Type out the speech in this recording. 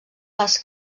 les